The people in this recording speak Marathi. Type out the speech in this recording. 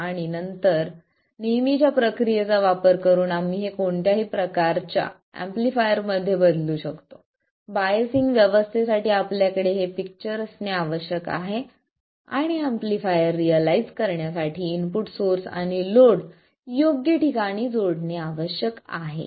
आणि नंतर नेहमीच्या प्रक्रियेचा वापर करून आम्ही हे कोणत्याही प्रकारच्या एम्पलीफायरमध्ये बदलू शकतो बायसिंग व्यवस्थेसाठी आपल्याकडे हे पिक्चर असणे आवश्यक आहे आणि एम्पलीफायर रियलाईझ करण्यासाठी इनपुट सोर्स आणि लोड योग्य ठिकाणी जोडणे आवश्यक आहे